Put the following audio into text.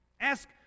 Ask